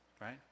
right